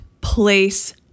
place